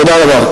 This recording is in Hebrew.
תודה רבה.